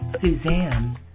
Suzanne